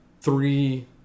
three